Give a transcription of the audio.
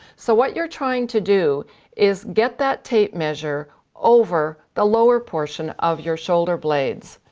so what you're trying to do is get that tape measure over the lower portion of your shoulder blades.